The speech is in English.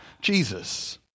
Jesus